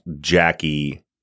Jackie